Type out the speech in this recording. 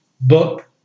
book